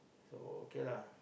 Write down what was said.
so okay lah